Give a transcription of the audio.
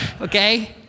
Okay